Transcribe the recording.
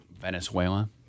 Venezuela